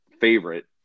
favorite